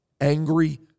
angry